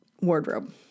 wardrobe